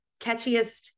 catchiest